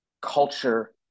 culture